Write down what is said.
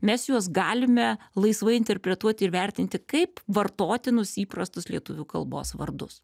mes juos galime laisvai interpretuot ir vertinti kaip vartotinus įprastus lietuvių kalbos vardus